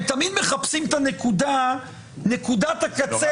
הם תמיד מחפשים את נקודת הקצה,